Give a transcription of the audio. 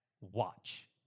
Watch